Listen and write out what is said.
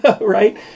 right